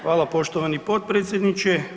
Hvala poštovani potpredsjedniče.